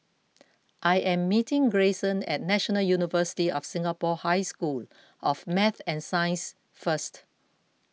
I am meeting Greyson at National University of Singapore High School of Math and Science first